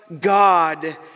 God